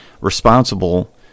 responsible